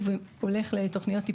והגנות,